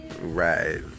Right